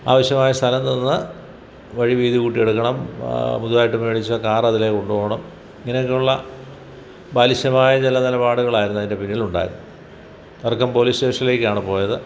ആവശ്യമായ സ്ഥലം തന്ന വഴി വീതി കൂട്ടി എടുക്കണം പുതുതായി മേടിച്ച കാർ അതിലെ കൊണ്ട് പോകണം ഇങ്ങനെയൊക്കെയുള്ള ബാലിശമായ ചില നിലപാടുകൾ ആയിരുന്നു അതിന് പിന്നിൽ ഉണ്ടായിരുന്ന തർക്കം പോലീസ് സ്റ്റേഷനിലേക്ക് ആണ് പോയത്